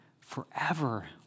forever